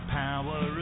power